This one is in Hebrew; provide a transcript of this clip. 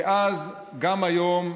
כאז גם היום,